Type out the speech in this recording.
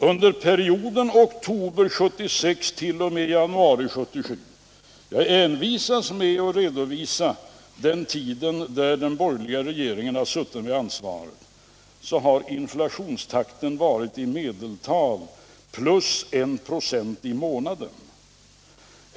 Under perioden oktober 1976 t.o.m. januari 1977 — jag envisas med att redovisa den tid då den borgerliga regeringen har haft ansvaret — har inflationstakten varit i medeltal en procent i månaden.